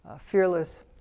fearless